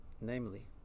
namely